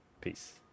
peace